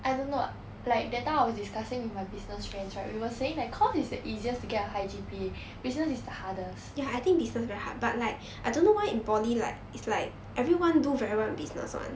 I don't know like that time I was discussing with my business friends right we were saying that comms is the easiest to get a high G_P_A business is the hardest